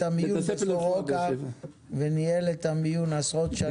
המיון בסורוקה וניהל אותו עשרות שנים.